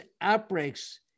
outbreaks